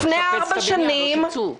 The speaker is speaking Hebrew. לפני ארבע שנים